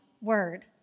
word